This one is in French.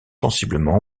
sensiblement